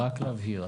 רק להבהיר,